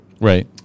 Right